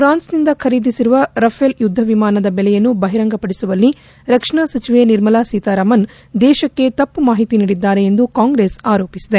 ಪ್ರಾನ್ಸ್ನಿಂದ ಖರೀದಿಸಿರುವ ರಫೇಲ್ ಯುದ್ದ ವಿಮಾನದ ಬೆಲೆಯನ್ನು ಬಹಿರಂಗಪಡಿಸುವಲ್ಲಿ ರಕ್ಷಣಾ ಸಚಿವೆ ನಿರ್ಮಲಾ ಸೀತಾರಾಮನ್ ದೇಶಕ್ಕೆ ತಪ್ಪು ಮಾಹಿತಿ ನೀಡಿದ್ದಾರೆ ಎಂದು ಕಾಂಗ್ರೆಸ್ ಆರೋಪಿಸಿದೆ